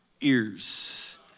ears